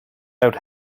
out